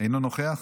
אינו נוכח,